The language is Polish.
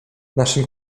naszym